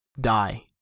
die